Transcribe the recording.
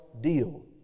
deal